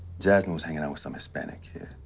jasmine was hanging out with some hispanic kid.